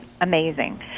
amazing